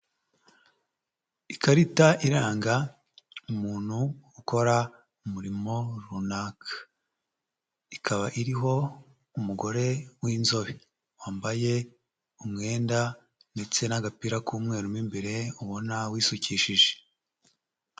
Ikarita iranga umuntu ukora umurimo runaka. Ikaba iriho umugore w'inzobe wambaye umwenda ndetse n'agapira k'umweru mo imbere ubona wisukishije.